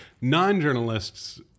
non-journalists